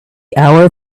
hour